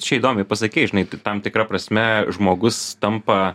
čia įdomiai pasakei žinai tam tikra prasme žmogus tampa